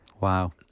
Wow